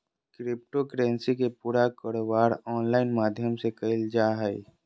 crypto currency के पूरा कारोबार ऑनलाइन माध्यम से क़इल जा हइ